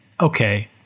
Okay